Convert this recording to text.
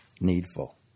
needful